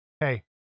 hey